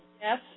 yes